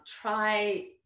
try